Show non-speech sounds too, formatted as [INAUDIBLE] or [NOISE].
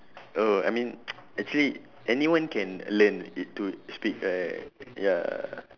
oh I mean [NOISE] actually anyone can learn it to speak right ya